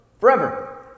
Forever